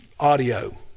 Audio